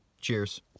cheers